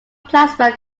plasma